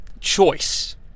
choice